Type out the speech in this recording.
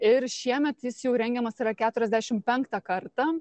ir šiemet jis jau rengiamas yra keturiasdešim penktą kartą